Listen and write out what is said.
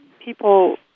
people